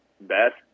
best